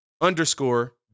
underscore